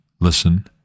listen